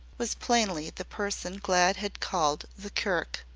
was plainly the person glad had called the curick,